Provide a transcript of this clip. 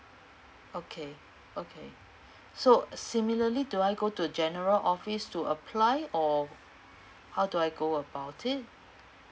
okay okay so similarly do I go to general office to apply or how do I go about it